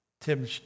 Tim